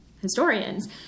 historians